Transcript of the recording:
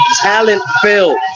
talent-filled